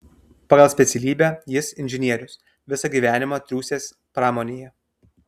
pagal specialybę jis inžinierius visą gyvenimą triūsęs pramonėje